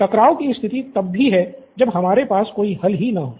टकराव की स्थिति तब भी है जब हमारे पास कोई हल ही न हो